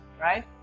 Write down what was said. right